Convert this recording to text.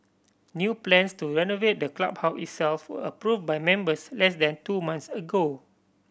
new plans to renovate the clubhouse itself were approved by members less than two months ago